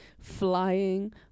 flying